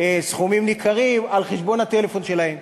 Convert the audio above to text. סכומים ניכרים על חשבון הטלפון שלהם.